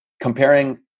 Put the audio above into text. comparing